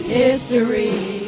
history